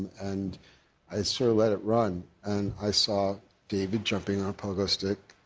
and i sort of let it run, and i saw david jumping on a pogo stick